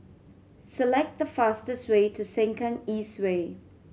select the fastest way to Sengkang East Way